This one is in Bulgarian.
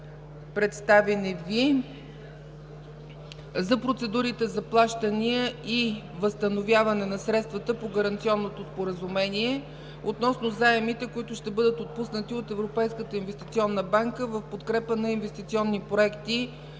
банка за процедурите за плащания и възстановяване на средства по Гаранционното споразумение относно заемите, които ще бъдат отпуснати от Европейската инвестиционна банка в подкрепа на инвестиционни проекти